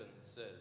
says